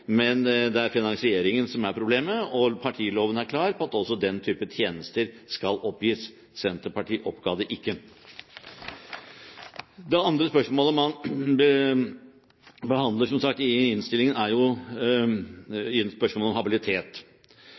men det er finansieringen som er problemet, og partiloven er klar på at også den type tjenester skal oppgis. Senterpartiet oppga det ikke! Det andre spørsmålet man, som sagt, behandler i innstillingen, er spørsmålet om habilitet.